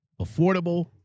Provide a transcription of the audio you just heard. Affordable